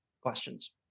questions